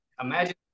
imagine